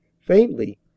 faintly